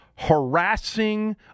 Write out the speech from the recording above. harassing